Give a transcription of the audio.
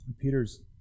Peter's